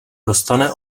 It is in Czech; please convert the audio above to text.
dostane